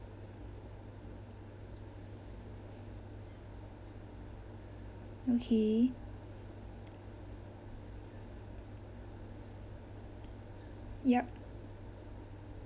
okay yup